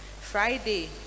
Friday